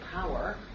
power